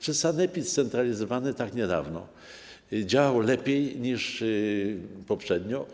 Czy sanepid scentralizowany tak niedawno działa lepiej niż poprzednio?